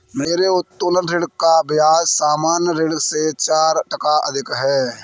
मेरे उत्तोलन ऋण का ब्याज सामान्य ऋण से चार टका अधिक है